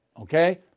okay